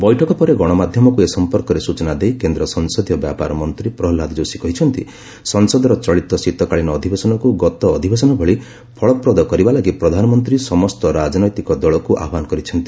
ବୈଠକ ପରେ ଗଣମାଧ୍ୟମକୁ ଏ ସମ୍ପର୍କରେ ସ୍ଟଚନା ଦେଇ କେନ୍ଦ୍ର ସଂସଦୀୟ ବ୍ୟାପାରମନ୍ତ୍ରୀ ପ୍ରହ୍ଲାଦ ଯୋଶୀ କହିଛନ୍ତି ସଂସଦର ଚଳିତ ଶୀତକାଳୀନ ଅଧିବେଶନକୁ ଗତ ଅଧିବେଶନ ଭଳି ଫଳପ୍ରଦ କରିବା ଲାଗି ପ୍ରଧାନମନ୍ତ୍ରୀ ସମସ୍ତ ରାଜନୈତିକ ଦଳକୁ ଆହ୍ୱାନ ଦେଇଛନ୍ତି